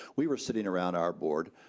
we were sitting around our board,